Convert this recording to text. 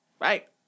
right